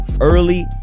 early